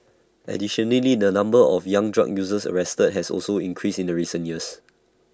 additionally the number of young drug users arrested has also increased in recent years